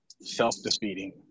self-defeating